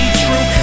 true